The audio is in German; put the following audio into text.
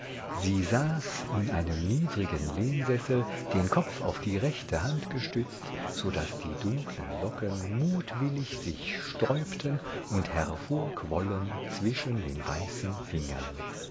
sie saß in einem niedrigen lehnsessel den kopf auf die rechte hand gestützt so daß die dunklen locken mutwillig sich sträubten und hervor quollen zwischen den weißen fingern